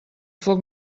foc